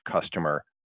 customer